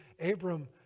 Abram